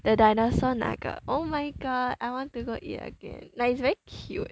the dinosaur nugget oh my god I want to go eat again like it's very cute